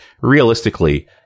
realistically